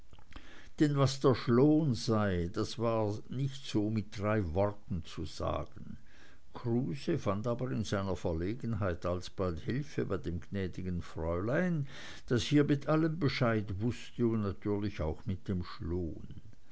denn was der schloon sei das war nicht so mit drei worten zu sagen kruse fand aber in seiner verlegenheit alsbald hilfe bei dem gnädigen fräulein das hier mit allem bescheid wußte und natürlich auch mit dem schloon